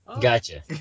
Gotcha